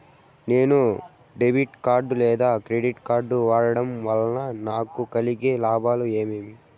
నేను debit card లేదా credit card వాడడం వల్ల నాకు కలిగే లాభాలు ఏమేమీ?